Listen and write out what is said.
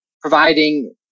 providing